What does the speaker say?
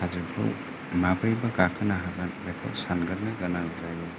हाजोखौ माबोरैबा गाखोनो हागोन बेखौ सानग्रोनो गोनां जायो